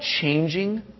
changing